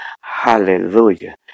Hallelujah